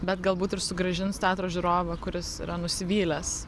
bet galbūt ir sugrąžins teatro žiūrovą kuris yra nusivylęs